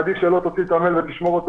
עדיף שלא תוציא את המייל ותשמור אותו